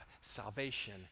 salvation